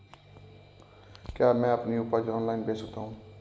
क्या मैं अपनी उपज ऑनलाइन बेच सकता हूँ?